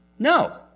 No